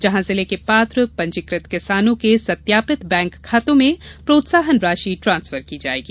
जहां जिले के पात्र पंजीकृत किसानों के सत्यापित बैंक खातों में प्रोत्साहन राशि ट्रांसफर की जायेगी